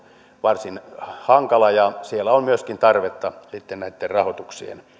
varsin hankala ja siellä on myöskin tarvetta näitten rahoituksien